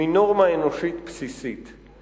מנורמה אנושית בסיסית.